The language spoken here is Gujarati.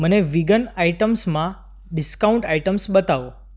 મને વિગન આઇટમ્સમાં ડિસ્કાઉન્ટ આઇટમ્સ બતાવો